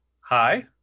hi